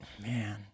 man